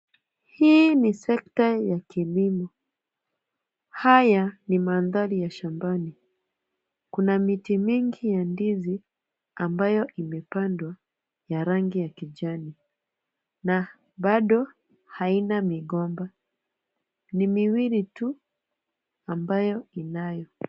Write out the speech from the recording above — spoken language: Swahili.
Hii ni sekta ya kilimo. Haya ni mandhari ya shambani. Kuna miti mingi ya ndizi ambayo imepandwa ya rangi ya kijani, na bado haina migomba, ni miwili tu ambayo inayo.